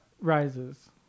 Rises